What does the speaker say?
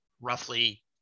roughly